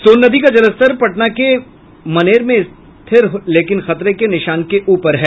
सोन नदी का जलस्तर पटना के मनेर में स्थिर लेकिन खतरे के निशान के ऊपर है